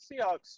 Seahawks